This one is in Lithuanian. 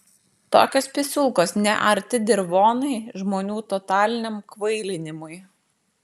tokios pisulkos nearti dirvonai žmonių totaliniam kvailinimui